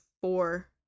four